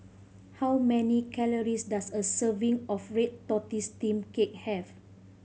how many calories does a serving of red tortoise steamed cake have